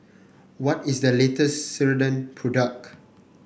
what is the latest Ceradan product